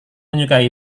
menyukai